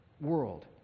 world